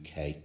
UK